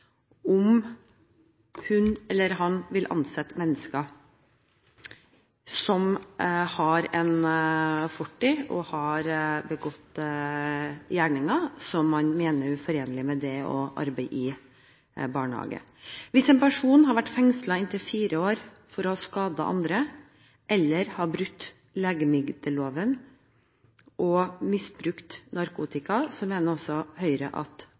om hun eller han vil ansette mennesker som har en fortid der de har begått gjerninger man mener er uforenlig med det å arbeide i barnehage. Hvis en person har vært fengslet i inntil fire år for å ha skadet andre eller har brutt legemiddelloven og misbrukt narkotika, mener Høyre at